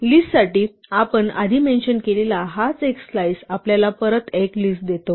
लिस्टसाठी आपण आधी मेन्शन केलेला हाच एक स्लाइस आपल्याला परत एक लिस्ट देतो